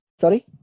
sorry